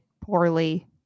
poorly